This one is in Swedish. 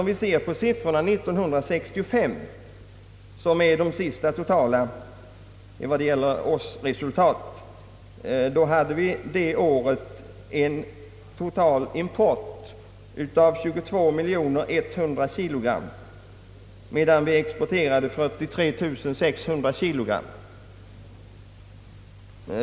Om vi ser på siffrorna från 1965 som är de sista totala vad årsresultat beträffar, hade vi det året en totalimport av 22 100 000 kg, medan vi exporterade 43 600 000 kg.